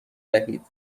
دهید